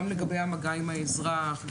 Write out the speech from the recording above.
גם לגבי המגע עם האזרח.